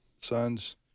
son's